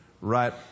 right